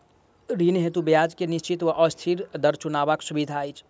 ऋण हेतु ब्याज केँ निश्चित वा अस्थिर दर चुनबाक सुविधा अछि